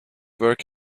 work